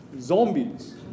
zombies